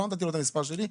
לא נתתי לו את המספר שלי,